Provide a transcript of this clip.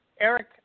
Eric